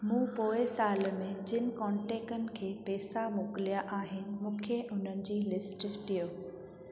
मूं पोएं साल में जिन कॉन्टेकटनि खे पैसा मोकिलिया आहिनि मूंखे उन्हनि जी लिस्ट ॾियो